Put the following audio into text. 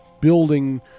building